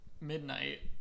midnight